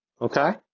Okay